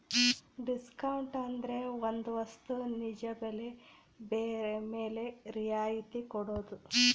discount ಅಂದ್ರೆ ಒಂದ್ ವಸ್ತು ನಿಜ ಬೆಲೆ ಮೇಲೆ ರಿಯಾಯತಿ ಕೊಡೋದು